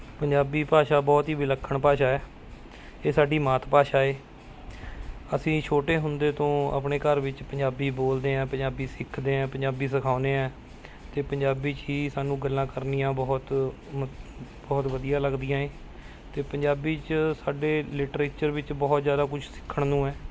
ਪੰਜਾਬੀ ਭਾਸ਼ਾ ਬਹੁਤ ਹੀ ਵਿਲੱਖਣ ਭਾਸ਼ਾ ਹੈ ਇਹ ਸਾਡੀ ਮਾਤ ਭਾਸ਼ਾ ਏ ਅਸੀਂ ਛੋਟੇ ਹੁੰਦੇ ਤੋਂ ਆਪਣੇ ਘਰ ਵਿੱਚ ਪੰਜਾਬੀ ਬੋਲਦੇ ਹਾਂ ਪੰਜਾਬੀ ਸਿੱਖਦੇ ਹਾਂ ਪੰਜਾਬੀ ਸਿਖਾਉਂਦੇ ਹੈ ਅਤੇ ਪੰਜਾਬੀ 'ਚ ਹੀ ਸਾਨੂੰ ਗੱਲਾਂ ਕਰਨੀਆਂ ਬਹੁਤ ਮ ਬਹੁਤ ਵਧੀਆ ਲੱਗਦੀਆਂ ਏ ਅਤੇ ਪੰਜਾਬੀ 'ਚ ਸਾਡੇ ਲਿਟਰੇਚਰ ਵਿੱਚ ਬਹੁਤ ਜ਼ਿਆਦਾ ਕੁਝ ਸਿੱਖਣ ਨੂੰ ਹੈ